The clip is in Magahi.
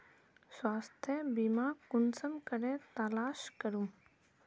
स्वास्थ्य बीमा कुंसम करे तलाश करूम?